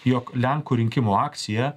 jog lenkų rinkimų akcija